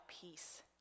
peace